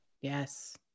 Yes